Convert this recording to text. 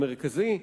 המרכזי,